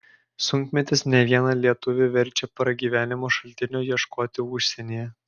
sunkmetis ne vieną lietuvį verčia pragyvenimo šaltinio ieškoti užsienyje